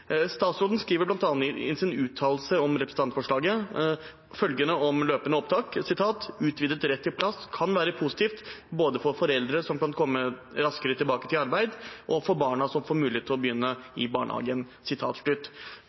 Statsråden skriver i sin uttalelse om representantforslaget bl.a. følgende om løpende opptak: Utvidet rett til plass kan være positivt både for foreldre som kan komme raskere tilbake til arbeid, og for barna som får mulighet til å begynne i barnehagen.